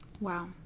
Wow